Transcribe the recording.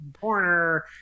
corner